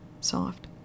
Soft